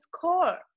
core